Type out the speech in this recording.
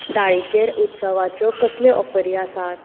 दाळीचेर उत्सवाच्यो कसल्यो ऑफरी आसात